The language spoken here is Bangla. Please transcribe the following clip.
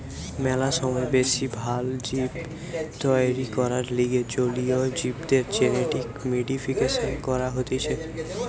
ম্যালা সময় বেশি ভাল জীব তৈরী করবার লিগে জলীয় জীবদের জেনেটিক মডিফিকেশন করা হতিছে